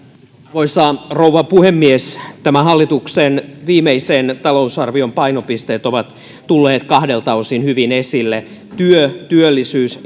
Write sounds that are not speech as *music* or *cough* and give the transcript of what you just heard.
arvoisa rouva puhemies tämän hallituksen viimeisen talousarvion painopisteet ovat tulleet kahdelta osin hyvin esille työ työllisyys *unintelligible*